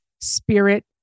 spirit